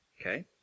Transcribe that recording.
Okay